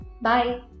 Bye